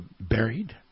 buried